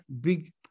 big